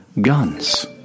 guns